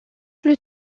plus